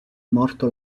morto